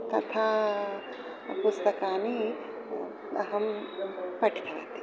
कथापुस्तकानि अहं पठितवती